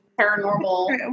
paranormal